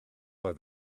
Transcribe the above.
oedd